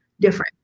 different